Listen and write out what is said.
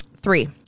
Three